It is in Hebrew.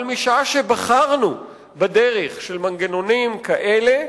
אבל משעה שבחרנו בדרך של מנגנונים כאלה,